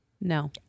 No